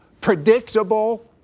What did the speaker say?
predictable